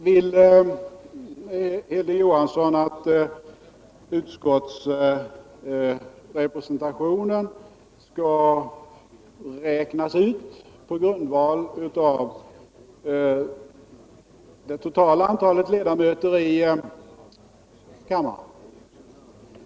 Hilding Johansson vill att utskottsrepresentationen skall räknas ut på grundval av det totala antalet ledamöter i kammaren.